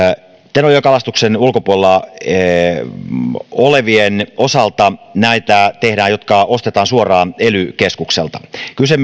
tenojoen kalastuksen ulkopuolella olevien osalta on näitä jotka ostetaan suoraan ely keskukselta kyse